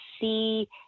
see